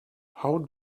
how